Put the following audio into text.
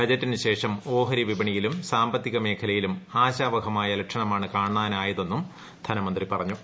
ബജറ്റിന് ശേഷം ഓഹരി വിപണിയിലും സാമ്പത്തിക മേഖലയിലും ആശാവഹമായ ലക്ഷണമാണ് കാണാനായതെന്നും ധനമന്ത്രി പറഞ്ഞു